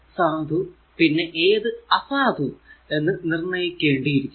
ഏതു സാധു പിന്നെ ഏതു അസാധു എന്ന് നിര്ണയിക്കേണ്ടി ഇരിക്കുന്നു